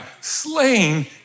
slain